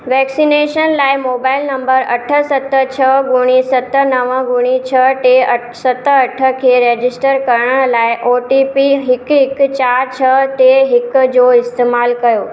vaccination लाइ mobile number अठ सत छह ॿुड़ी सत नव ॿुड़ी छह टे सत अठ खे रजिस्टर करण लाइ ओ टी पी हिकु हिकु चारि छह टे हिक जो इस्तेमालु कयो